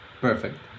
perfect